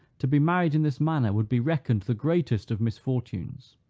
to be married in this manner would be reckoned the greatest of misfortunes.